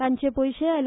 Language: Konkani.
तांचे पैशे एल